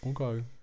Okay